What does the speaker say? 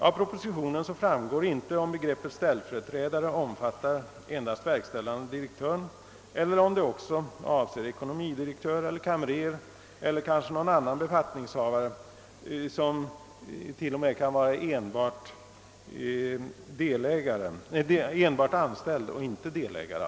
Av propositionen framgår inte heller om begreppet ställföreträdare bara omfattar verkställande direktören eller om det också avser ekonomidirektören, kamreraren eller någon annan befattningshavare — som t.o.m. kan vara enbart anställd, alltså inte delägare.